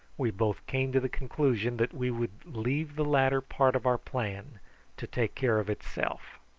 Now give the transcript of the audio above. we both came to the conclusion that we would leave the latter part of our plan to take care of itself.